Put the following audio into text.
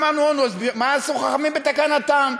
אמרנו: מה עשו חכמים בתקנתם?